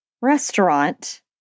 restaurant